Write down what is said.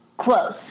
close